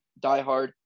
diehard